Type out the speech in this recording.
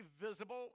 visible